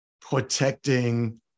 protecting